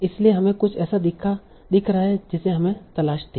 इसलिए हमें कुछ ऐसा दिख रहा है जिसकी हमें तलाश थी